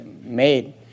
made